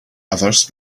others